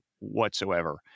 whatsoever